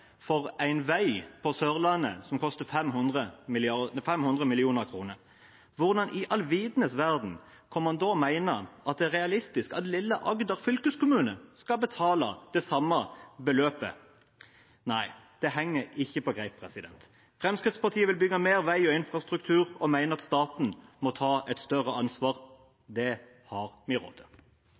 for en vei på Sørlandet som koster 500 mill. kr. Hvordan i all verden kan man da mene at det er realistisk at lille Agder fylkeskommune skal betale det samme beløpet? Det henger ikke på greip. Fremskrittspartiet vil bygge mer vei og infrastruktur og mener at staten må ta et større ansvar. Det har vi råd til. Man skulle kanskje tro at jeg kunne avstått fra å bruke taletid i